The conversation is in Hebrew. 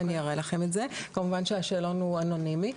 כמובן שהשאלון הוא אנונימי.